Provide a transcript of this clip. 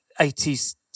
80s